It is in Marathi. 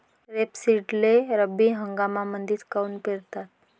रेपसीडले रब्बी हंगामामंदीच काऊन पेरतात?